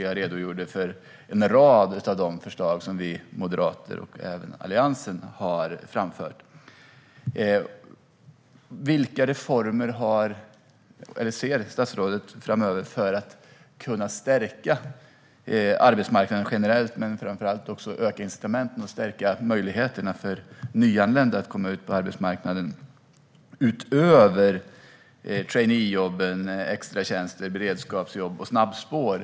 Jag redogjorde för en rad av de förslag som vi moderater och även Alliansen har framfört. Vilka reformer ser statsrådet framöver för att stärka arbetsmarknaden generellt och framför allt öka incitamenten och stärka möjligheterna för nyanlända att komma ut på arbetsmarknaden - utöver traineejobb, extratjänster, beredskapsjobb och snabbspår?